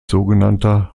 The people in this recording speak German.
sogenannter